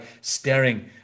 staring